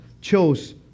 chose